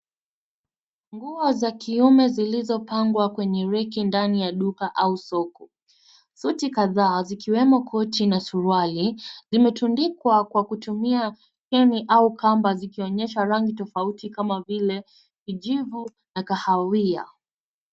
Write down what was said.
Nguo za kiume zilizopangwa kwenye reki ndani ya duka au soko, suti kathaa ziwemo koti na suruali, limetundikwa kwa kutumia feni au kamba zikionyesha rangi tofauti kama vile kijivu na kahawia.